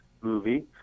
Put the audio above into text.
movie